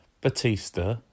Batista